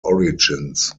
origins